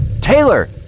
Taylor